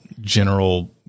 general